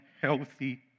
healthy